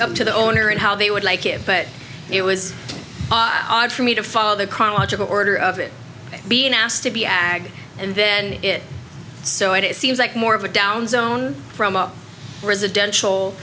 up to the owner and how they would like it but it was odd for me to follow the chronological order of it being asked to be agc and then it so it seems like more of a down zone from up residential